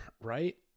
right